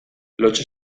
lotsa